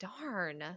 Darn